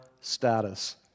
status